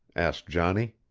asked johnny.